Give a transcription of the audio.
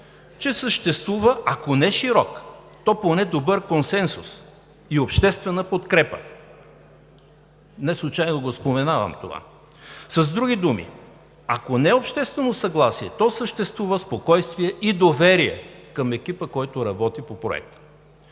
че съществува, ако не широк, то поне добър консенсус и обществена подкрепа. Неслучайно споменавам това. С други думи, ако не обществено съгласие, то съществува спокойствие и доверие към екипа, който работи по Проекта,